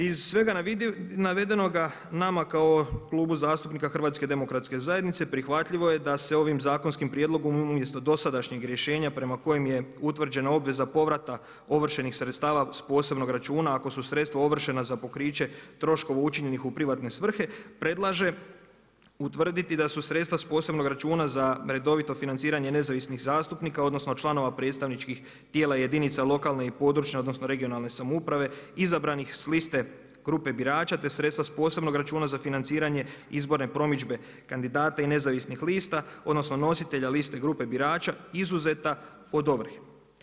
Iz svega navedenog, nama kao Klubu zastupnika HDZ-a, prihvatljivo je da se ovim zakonskim prijedlogom umjesto dosadašnjeg rješenja prema kojem je utvrđena obveza povrata ovršenih sredstava s posebnog računa, ako su sredstava ovršena za pokriće troškova učinjenih u privatne svrhe, predlaže utvrditi da su sredstva s posebnog računa za redovito financiranje nezavisnih zastupnika, odnosno, članova predstavničkih tijela i jedinica lokalne i područne (regionalne) samouprave izabranih s liste grupe birača, te sredstva s posebnog računa za financiranje izborne promidžbe kandidata i nezavisnih lista, odnosno, nositelja liste grupe birača izuzeta od ovrhe.